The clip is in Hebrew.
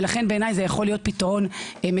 ולכן בעיניי זה יכול להיות פתרון מצוין.